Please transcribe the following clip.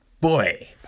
boy